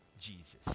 Jesus